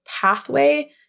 pathway